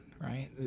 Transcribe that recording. Right